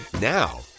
Now